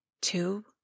two